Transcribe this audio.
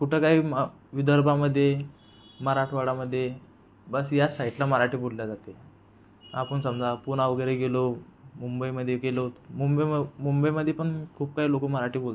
कुठं काय विदर्भामध्ये मराठवाडामध्ये बस याच साईटला मराठी बोललं जातय आपण समजा पुना वगैरे गेलो मुंबईमध्ये गेलो मुंबई मुंबईमध्ये पण खूप काही लोकं मराठी बोलतात